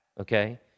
okay